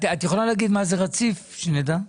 את יכולה להגיד מה זה רציף, שנדע?